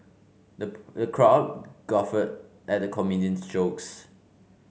the crowd guffawed at the comedian's jokes